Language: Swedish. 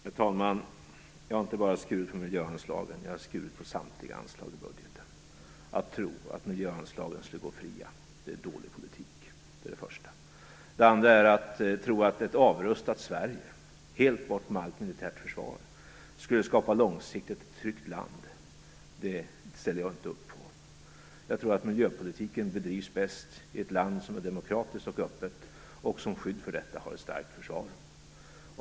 Herr talman! Jag har för det första inte skurit bara i miljöanslagen utan i samtliga anslag i budgeten. Att tro att miljöanslagen skulle fria är dålig politik. Att för det andra tro att ett avrustat Sverige, helt fritt från allt militärt försvar, skulle skapa ett långsiktigt tryggt land ställer jag inte upp på. Jag tror att miljöpolitiken bedrivs bäst i ett demokratiskt och öppet land vilket som skydd för detta har ett starkt försvar.